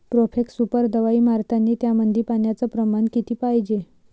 Profex super दवाई मारतानी त्यामंदी पान्याचं प्रमाण किती पायजे?